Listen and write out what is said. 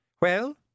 Well